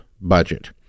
budget